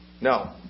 No